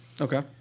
Okay